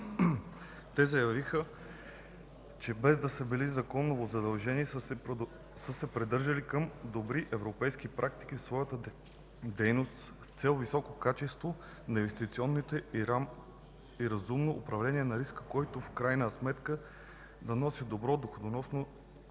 Те заявиха, че без да са били законово задължени са се придържали към добри европейски практики в своята дейност с цел високо качество на инвестициите и разумно управление на риска, които в крайна сметка да носят добра доходност